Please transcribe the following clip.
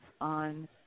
on